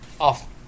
off